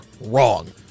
wrong